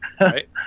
Right